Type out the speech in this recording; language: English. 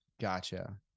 Gotcha